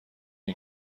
این